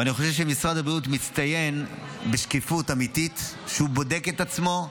ואני חושב שמשרד הבריאות מצטיין בשקיפות אמיתית כשהוא בודק את עצמו,